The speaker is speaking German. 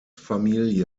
familie